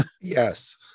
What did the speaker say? yes